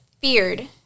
feared